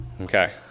Okay